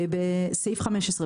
בסעיף 15,